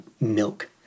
milk